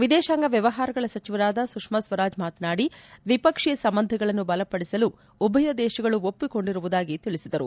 ವಿದೇಶಾಂಗ ವ್ಯವಹಾರಗಳ ಸಚಿವರಾದ ಸುಷ್ಮಾ ಸ್ವರಾಜ್ ಮಾತನಾಡಿ ದ್ವಿಪಕ್ಷೀಯ ಸಂಬಂಧಗಳನ್ನು ಬಲಪಡಿಸಲು ಉಭಯ ದೇಶಗಳು ಒಪ್ಸಿಕೊಂಡಿರುವುದಾಗಿ ತಿಳಿಸಿದರು